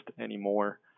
anymore